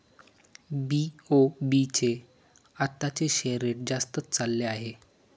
BOB चे आताचे share rate जास्तच चालले आहे